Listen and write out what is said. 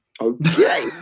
Okay